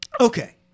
Okay